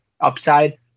upside